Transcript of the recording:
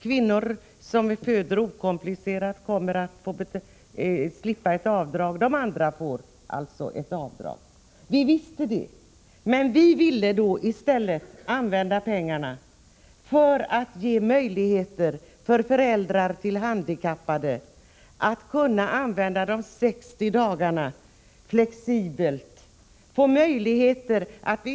Kvinnor som föder barn okomplicerat skall slippa avdrag på föräldrapenningen, medan de andra drabbas. Vi ville då i stället använda pengarna för att ge föräldrar till handikappade barn möjligheter att flexibelt utnyttja de 60 dagarna då tillfällig föräldrapenning utgår.